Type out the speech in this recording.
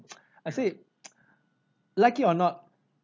I said like it or not